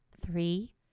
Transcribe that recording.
Three